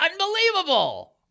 unbelievable